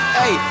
hey